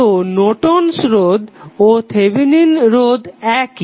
তো নর্টন'স রোধ Nortons resistance ও থেভেনিন'স রোধ একই